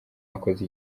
wakoze